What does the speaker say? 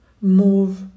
move